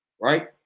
right